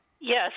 Yes